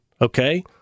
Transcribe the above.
okay